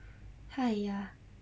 !haiya!